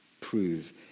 prove